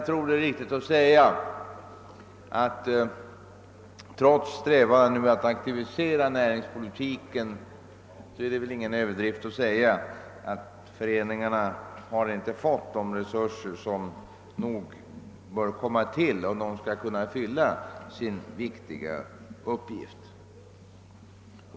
Trots strävandena att aktivisera näringspolitiken är det väl ingen överdrift att säga att föreningarna inte har fått de resurser som skall till om de skall kunna fylla sin viktiga uppgift.